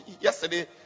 Yesterday